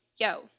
yo